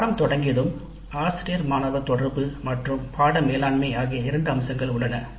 பாடநெறி தொடங்கியதும்ஆசிரியர் மாணவர் தொடர்பு மற்றும் பாடநெறி மேலாண்மை ஆகிய இரண்டு அம்சங்கள் உள்ளன